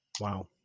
Wow